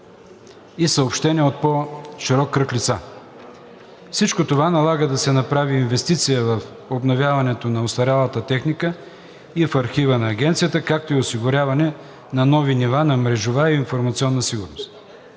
и съобщения от по-широк кръг лица. Всичко това налага да се направи инвестиция в обновяването на остарялата техника и в архива на Агенцията, както и осигуряване на нови нива на мрежова информационна сигурност.